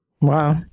Wow